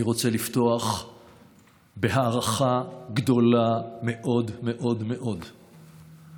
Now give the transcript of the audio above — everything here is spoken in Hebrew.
בראשית דבריי אני רוצה לפתוח בהערכה גדולה מאד מאוד למורים,